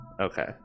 Okay